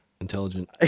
Intelligent